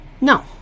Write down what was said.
No